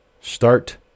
Start